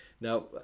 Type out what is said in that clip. Now